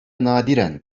nadiren